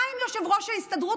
מה עם יושב-ראש ההסתדרות?